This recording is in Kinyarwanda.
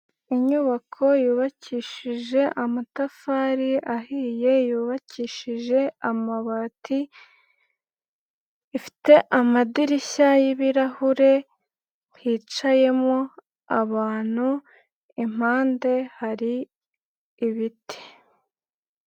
Inyubako yubakishije amatafari ahiye, yubakishije amabati, ifite amadirishya y'ibirahure hicayemo abantu, impande hari ibiti.